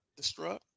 destruct